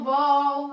Ball